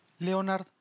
Leonard